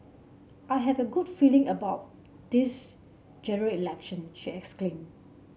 I have a good feeling about this Election she exclaimed